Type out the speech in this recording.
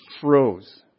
froze